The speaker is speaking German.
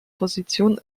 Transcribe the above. position